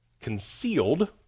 concealed